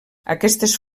aquestes